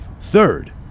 third